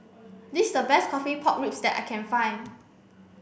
this is the best coffee pork ribs that I can find